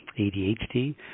ADHD